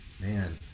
man